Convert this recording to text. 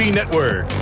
Network